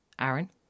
Aaron